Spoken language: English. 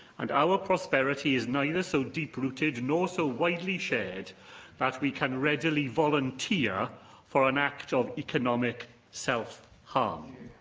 and our prosperity is neither so deep-rooted nor so widely shared that we can readily volunteer for an act of economic self-harm. um